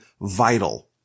vital